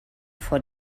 vor